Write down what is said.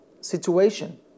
situation